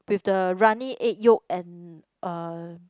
with the runny egg yolk and uh